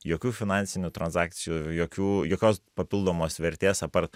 jokių finansinių tranzakcijų jokių jokios papildomos vertės apart